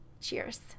Cheers